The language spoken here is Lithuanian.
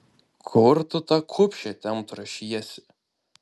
kur tu tą kupšę tempt ruošiesi